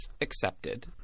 accepted